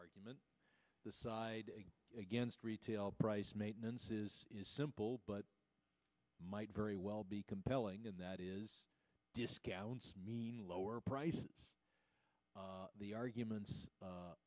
argument the side against retail price maintenance is simple but might very well be compelling and that is discounts mean lower price the arguments